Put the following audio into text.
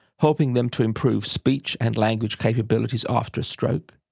helping them to improve speech and language capabilities after stroke,